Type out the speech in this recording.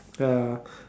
ya